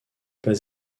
pas